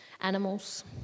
animals